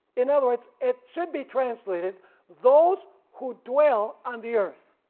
in other words it should be translated those who dwell on the earth.